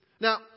Now